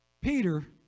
Peter